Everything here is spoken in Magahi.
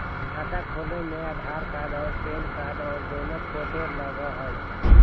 खाता खोले में आधार कार्ड और पेन कार्ड और दो फोटो लगहई?